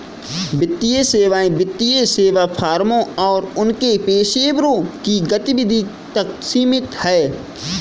वित्तीय सेवाएं वित्तीय सेवा फर्मों और उनके पेशेवरों की गतिविधि तक सीमित हैं